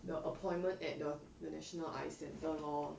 the appointment at the national eye centre lor